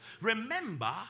Remember